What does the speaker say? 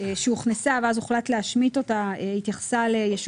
85ג והוחלט להשמיט התייחסה לחבר בני אדם שחייב